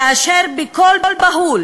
כאשר בקול בהול